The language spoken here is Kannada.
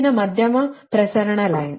ಮುಂದಿನದು ಮಧ್ಯಮ ಪ್ರಸರಣ ಲೈನ್